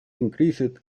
increased